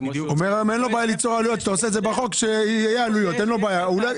הוא אומר שאין לו בעיה ליצור עלויות.